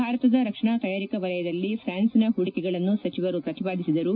ಭಾರತದ ರಕ್ಷಣಾ ತಯಾರಿಕಾ ವಲಯದಲ್ಲಿ ಪ್ರಾನ್ಸ್ನ ಹೂಡಿಕೆಗಳನ್ನು ಸಚಿವರು ಪ್ರತಿಪಾದಿಸಿದರು